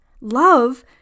Love